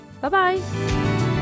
Bye-bye